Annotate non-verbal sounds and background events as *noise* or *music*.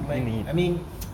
when I mean *noise*